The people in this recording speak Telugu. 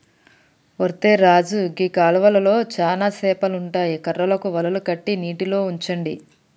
ఒరై రాజు గీ కాలువలో చానా సేపలు ఉంటాయి కర్రలకు వలలు కట్టి నీటిలో ఉంచండి